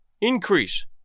increase